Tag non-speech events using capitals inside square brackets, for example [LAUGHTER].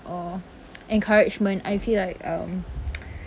or [NOISE] encouragement I feel like um [NOISE]